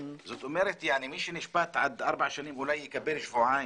זאת אומרת מי שנשפט עד ארבע שנים אולי יקבל שבועיים,